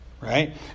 right